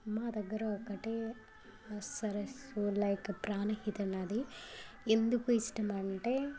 మా దగ్గర ఒకటే సరస్సు లైక్ ప్రాణహిత నది ఎందుకు ఇష్టం అంటే